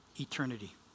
eternity